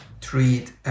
treat